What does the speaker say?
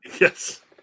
Yes